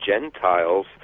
Gentiles